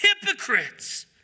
hypocrites